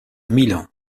milan